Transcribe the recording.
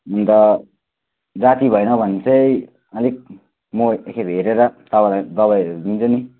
अन्त जाती भएन भने चाहिँ अलिक म एकखेप हेरेर तपाईँलाई दबाईहरू दिन्छु नि